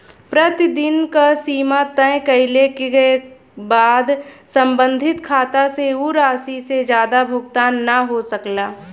प्रतिदिन क सीमा तय कइले क बाद सम्बंधित खाता से उ राशि से जादा भुगतान न हो सकला